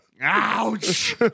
Ouch